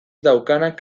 daukanak